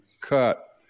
cut